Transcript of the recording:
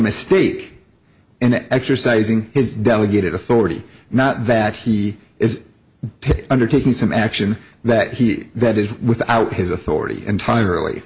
mistake in exercising his delegated authority not that he is undertaking some action that he that is without his authority entirely